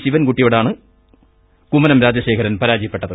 ശിവൻകുട്ടിയോടാണ് കുമ്മനം രാജശേഖരൻ പരാജയപ്പെട്ടത്